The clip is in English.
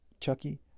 Chucky